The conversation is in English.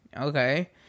Okay